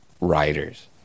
writers